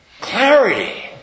clarity